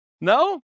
no